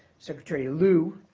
secretary lew,